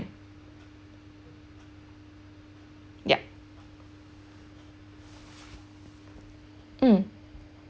yup mm